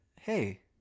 hey